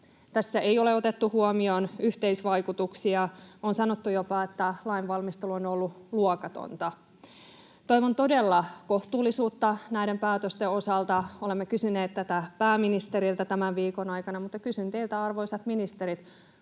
Tässä ei ole otettu huomioon yhteisvaikutuksia. On sanottu jopa, että lainvalmistelu on ollut luokatonta. Toivon todella kohtuullisuutta näiden päätösten osalta. Olemme kysyneet tätä pääministeriltä tämän viikon aikana. Mutta kysyn teiltä, arvoisat ministerit: